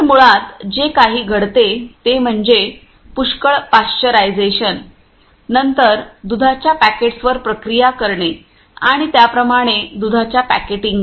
तर मुळात जे काही घडते ते म्हणजे पुष्कळ पाश्चरायझेशन नंतर दुधाच्या पॅकेट्सवर प्रक्रिया करणे आणि त्याप्रमाणे दुधाच्या पॅकेटिंगवर